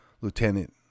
lieutenant